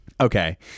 Okay